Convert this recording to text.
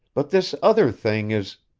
but this other thing is